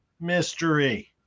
mystery